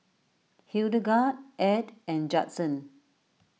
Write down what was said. Hildegard Edd and Judson